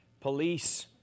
police